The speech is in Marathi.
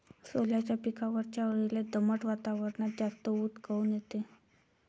सोल्याच्या पिकावरच्या अळीले दमट वातावरनात जास्त ऊत काऊन येते?